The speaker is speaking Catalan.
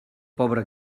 pobre